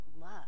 love